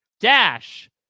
Dash